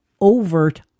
overt